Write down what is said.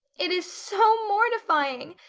it is so mortifying.